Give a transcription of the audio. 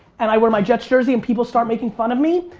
and i wear my jets jersey and people start making fun of me.